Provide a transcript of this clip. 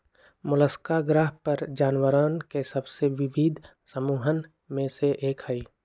Mollusca ग्रह पर जानवरवन के सबसे विविध समूहन में से एक हई